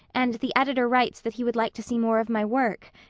and the editor writes that he would like to see more of my work.